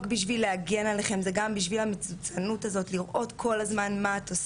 אישה אחרת הגיעה אלינו במעקב על האוטו.